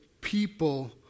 people